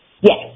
Yes